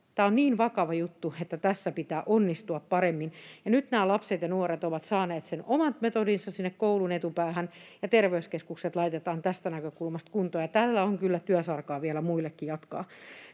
Tämä on niin vakava juttu, että tässä pitää onnistua paremmin. Nyt nämä lapset ja nuoret ovat saaneet omat metodinsa sinne koulun etupäähän, ja terveyskeskukset laitetaan tästä näkökulmasta kuntoon, ja tässä on kyllä työsarkaa vielä muillekin jatkaa.